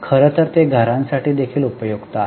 खरं तर ते घरांसाठी देखील उपयुक्त आहेत